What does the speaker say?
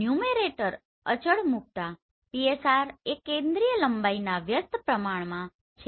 numerator અચળ મુકતા PSR એ કેન્દ્રિય લંબાઈના વ્યસ્ત પ્રમાણ માં છે